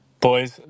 Boys